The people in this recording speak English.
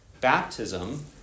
Baptism